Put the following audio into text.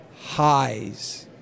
highs